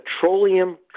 petroleum